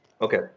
Okay